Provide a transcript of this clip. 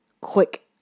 quick